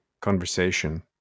conversation